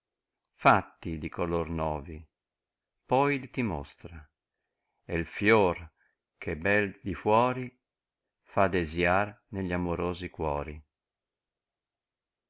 fatti di color nuovi poi gli ti mostra e u fior ch è bel di fuori fa desiar negli amorosi cuori